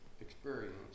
experience